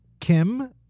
Kim